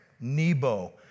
Nebo